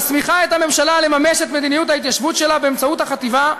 ומסמיכה את הממשלה לממש את מדיניות ההתיישבות שלה באמצעות החטיבה,